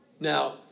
Now